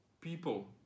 People